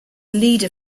leader